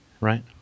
right